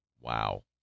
Wow